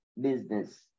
business